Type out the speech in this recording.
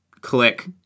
Click